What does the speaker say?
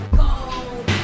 gold